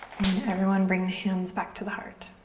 and then everyone bring the hands back to the heart.